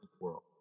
world